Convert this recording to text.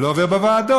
ולא עובר בוועדות.